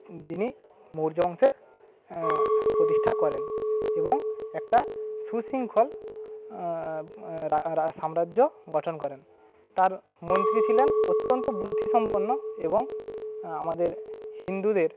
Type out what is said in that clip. যিনি মৌর্য বংশের প্রতিষ্ঠা করেন এবং একটা সুশৃঙ্খল সাম্রাজ্য গঠন করেন তাঁর মন্ত্রী ছিলেন অত্যন্ত বুদ্ধিসম্পন্ন এবং আমাদের হিন্দুদের